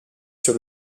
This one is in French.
sur